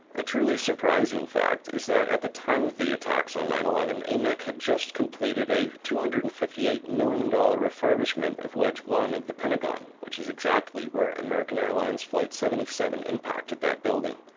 a truly surprising fact is that at the time of the attacks on nine eleven amec had just completed a two hundred and fifty eight million dollars dollar refurbishment of wedge one of the pentagon, which is exactly where american airlines flight seventy seven impacted that building.